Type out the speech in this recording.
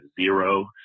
zero